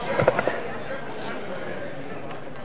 להר-הבית זה לכולם,